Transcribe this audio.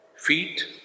feet